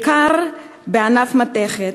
בעיקר בענף המתכת,